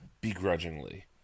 begrudgingly